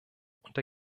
und